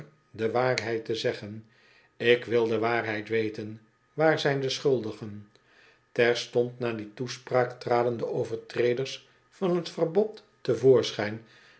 de waarheid te zeggen ik wil de waarheid weten waar zijn de schuldigen terstond na die toespraak traden de overtreders van het verbod